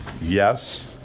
yes